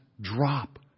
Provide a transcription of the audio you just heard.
drop